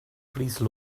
please